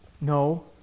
No